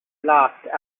laughed